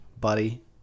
buddy